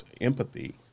empathy